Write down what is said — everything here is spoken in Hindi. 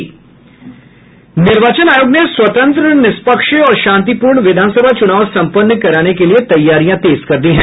निर्वाचन आयोग ने स्वतंत्र निष्पक्ष और शांतिपूर्ण विधानसभा चूनाव सम्पन्न कराने के लिए तैयारियां तेज कर दी है